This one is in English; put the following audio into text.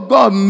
God